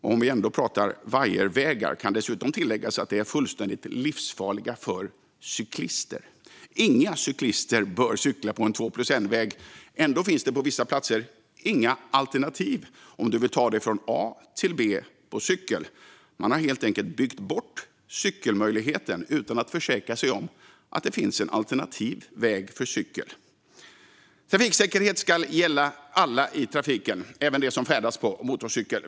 När vi ändå pratar vajervägar kan det tilläggas att de är fullständigt livsfarliga för cyklister. Inga cyklister bör cykla på en två-plus-ett-väg. Ändå finns det på vissa platser inga alternativ för den som vill ta sig från A till B på cykel. Man har helt enkelt byggt bort cyklingsmöjligheten utan att försäkra sig om att det finns en alternativ väg för cykling. Trafiksäkerhet ska gälla för alla i trafiken, även för dem som färdas på motorcykel.